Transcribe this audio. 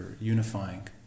unifying